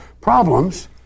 problems